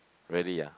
really ah